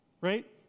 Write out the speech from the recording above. right